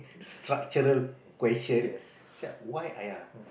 structural question why